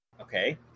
Okay